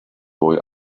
boy